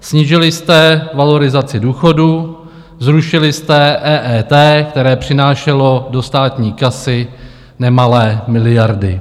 Snížili jste valorizaci důchodů, zrušili jste EET, které přinášelo do státní kasy nemalé miliardy.